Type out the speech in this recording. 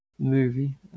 movie